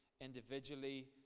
individually